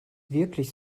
wirklich